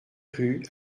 rue